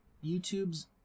youtube's